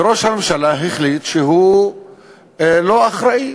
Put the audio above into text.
וראש הממשלה החליט שהוא לא אחראי,